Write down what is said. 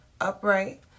Upright